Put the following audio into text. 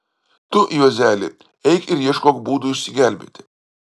tu juozeli eik ir ieškok būdų išsigelbėti